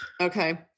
Okay